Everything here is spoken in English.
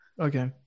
Okay